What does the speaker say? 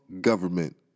government